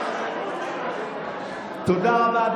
תודה רבה.